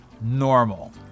normal